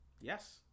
Yes